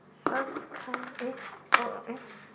first ca~ eh uh uh eh